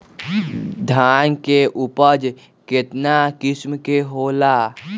धान के उपज केतना किस्म के होला?